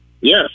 Yes